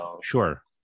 Sure